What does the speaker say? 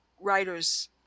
writers